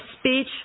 speech